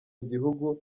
bihugu